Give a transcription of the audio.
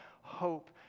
hope